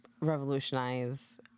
revolutionize